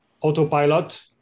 autopilot